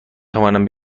توانم